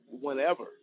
whenever